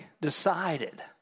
decided